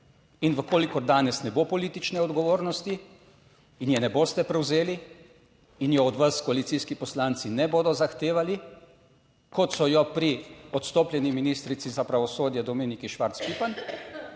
In v kolikor danes ne bo politične odgovornosti in je ne boste prevzeli in jo od vas koalicijski poslanci ne bodo zahtevali, kot so jo pri odstopljeni ministrici za pravosodje Dominiki Švarc Pipan,